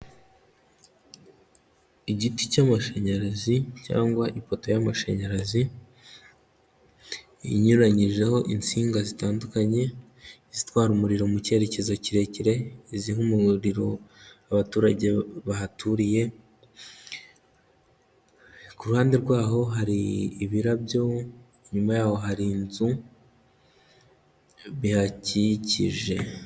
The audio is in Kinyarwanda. Igiti cy'amashanyarazi cyangwa ipoto y'amashanyarazi, inyuranyijeho insinga zitandukanye, izitwara umuriro mu cyerekezo kirekire, iziha umuriro abaturage bahaturiye, ku ruhande rwaho hari ibirabyo, inyuma yaho hari inzu bihakikije.